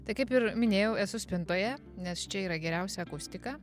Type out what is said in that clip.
tai kaip ir minėjau esu spintoje nes čia yra geriausia akustika